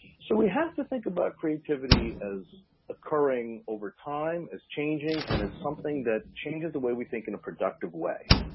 so we have to think about creativity as occurring over time, as changing, and it's something that changes the way we think in a productive way.